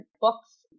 books